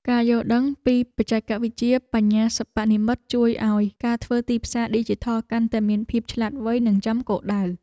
ការយល់ដឹងពីបច្ចេកវិទ្យាបញ្ញាសិប្បនិម្មិតជួយឱ្យការធ្វើទីផ្សារឌីជីថលកាន់តែមានភាពឆ្លាតវៃនិងចំគោលដៅ។